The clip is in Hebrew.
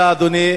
תודה לאדוני.